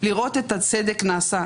לראות את הצדק נעשה.